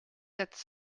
quatre